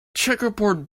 checkerboard